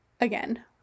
again